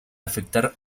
afectar